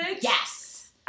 Yes